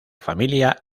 familia